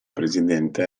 presidente